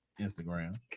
instagram